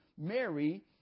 Mary